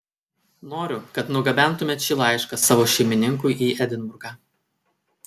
noriu kad nugabentumėte šį laišką savo šeimininkui į edinburgą